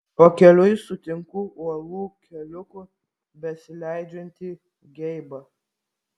pakeliui sutinku uolų keliuku besileidžiantį geibą